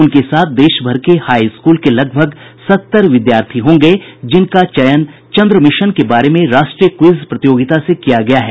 उनके साथ देशभर के हाई स्कूल के लगभग सत्तर विद्यार्थी होंगे जिनका चयन चंद्र मिशन के बारे में राष्ट्रीय क्विज प्रतियोगिता से किया गया है